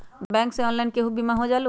Bank से online केहु बिमा हो जाईलु?